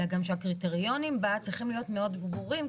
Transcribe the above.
אלא גם שהקריטריונים בה צריכים להיות מאוד ברורים.